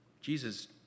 Jesus